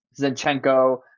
Zinchenko